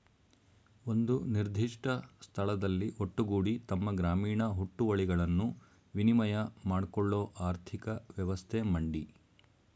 ಒಂದು ನಿರ್ದಿಷ್ಟ ಸ್ಥಳದಲ್ಲಿ ಒಟ್ಟುಗೂಡಿ ತಮ್ಮ ಗ್ರಾಮೀಣ ಹುಟ್ಟುವಳಿಗಳನ್ನು ವಿನಿಮಯ ಮಾಡ್ಕೊಳ್ಳೋ ಆರ್ಥಿಕ ವ್ಯವಸ್ಥೆ ಮಂಡಿ